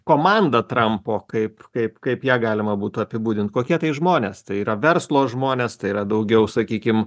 komanda trampo kaip kaip kaip ją galima būtų apibūdint kokie tai žmonės tai yra verslo žmonės tai yra daugiau sakykim